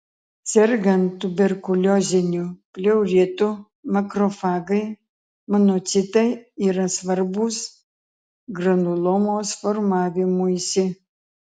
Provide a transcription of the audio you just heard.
sergant tuberkulioziniu pleuritu makrofagai monocitai yra svarbūs granulomos formavimuisi